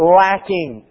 lacking